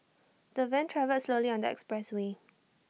the van travelled slowly on the expressway